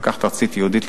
מפקחת ארצית ייעודית,